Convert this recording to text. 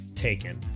taken